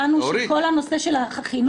הבנו שכל הנושא של החינוך לא עלה להצבעה.